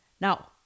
Now